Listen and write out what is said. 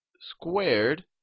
squared